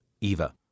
Eva